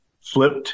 flipped